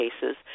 cases